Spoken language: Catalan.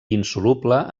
insoluble